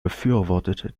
befürwortete